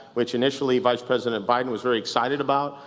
which initially, vice president biden was very excited about.